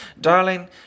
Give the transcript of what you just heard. Darling